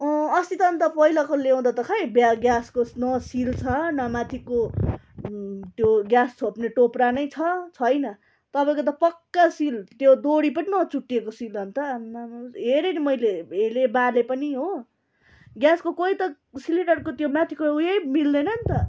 अस्ति त अन्त पैलाको ल्याउँदा त खै बिहान ग्यासको न सिल छ न माथिको त्यो ग्यास छोप्ने टोप्रा नै छ छैन तपाईँको त पक्का सिल त्यो दोरी पनि नचुट्टेको सिल अन्त आम्मामामा हेरेँ नि मैले हेरेँ बालेँ पनि हो ग्यासको कोइ त सिलिन्डरको त्यो माथिको उयै मिल्दैन नि त